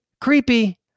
Creepy